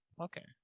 Okay